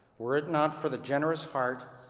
were it not for the generous heart